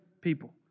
people